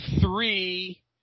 three